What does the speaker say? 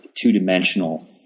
two-dimensional